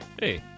Hey